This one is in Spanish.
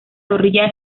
zorrilla